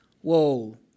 Whoa